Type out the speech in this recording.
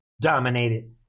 dominated